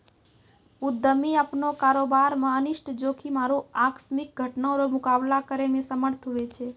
उद्यमी अपनो कारोबार मे अनिष्ट जोखिम आरु आकस्मिक घटना रो मुकाबला करै मे समर्थ हुवै छै